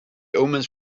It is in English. omens